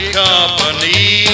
company